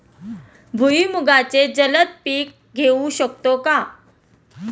भुईमुगाचे जलद पीक घेऊ शकतो का?